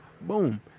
boom